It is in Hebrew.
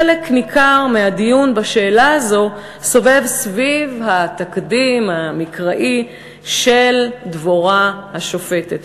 חלק ניכר מהדיון בשאלה הזאת סובב את התקדים המקראי של דבורה השופטת,